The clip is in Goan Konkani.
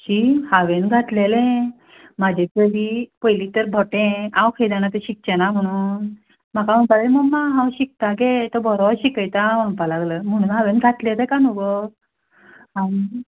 शी हांवें घातलेलें म्हजे कडेन पयली तें भोटें हांव खंय जाणा तें शिकचें ना म्हणून म्हाका म्हणपा लागलें मम्मा हांव शिकता गे तो बरो शिकयता म्हणपा लागलो म्हणून हांवें घातलें तेका न्हय गो आनी